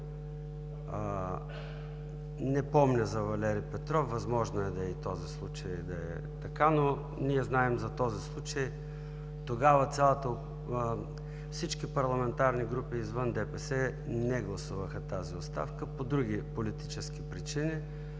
Не помня за Валери Петров, възможно е и този случай да е така, но ние знаем за този случай. Тогава всички парламентарни групи извън ДПС не гласуваха тази оставка по други политически причини.